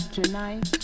Tonight